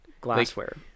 glassware